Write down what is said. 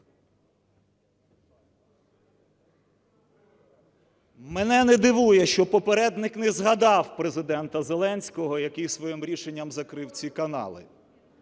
Мене не дивує, що попередник не згадав Президента Зеленського, яким своїм рішенням закрив ці канали.